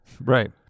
Right